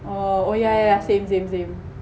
oh oh yeah yeah same same same